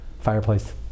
fireplace